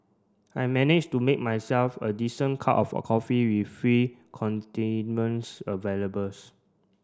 I managed to make myself a decent cup of a coffee with free availables